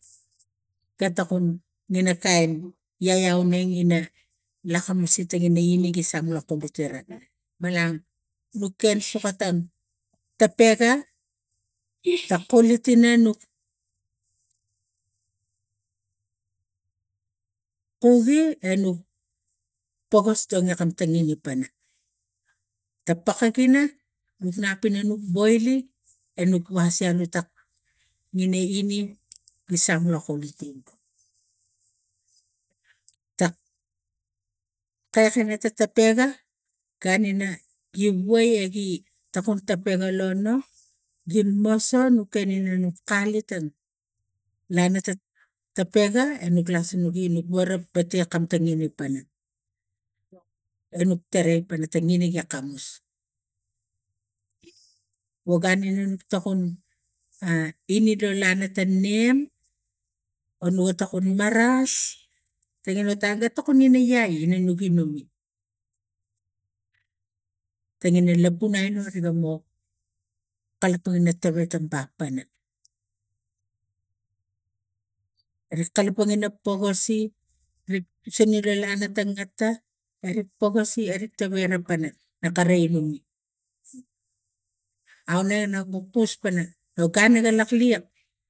Ga tokun ina kain yaya oneng ina lakmus itingina enes gi sang la kolutara malang tepega ta kulut ene kuui enuk pokos tane kam tivi pana ga pakik gina woknap ina nuk boile enuk wase anitok ina ingi gi sanl lo kolutum tak kiak ina tak pega gun ina iguai agi topuk ta pela long gi moso no kenina nuk kalitan lana pega enuk lasumugi nuk wara pete kam taninek pana enuk tere pana tam ere akamus wogani na tokun lana tanem ono ga tukun maras tane no tago ga tokomi iai ina nuk inum tangena lopun aino riga mo kalapang ina tawai tano pak ttana re kalapang ina pogasi rik pusen ina lana tang ata erik pogasi erik towai ra pana na kare inung aune na ba kusin poina